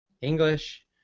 English